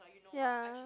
ya